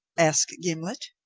asked gimblet.